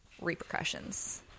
repercussions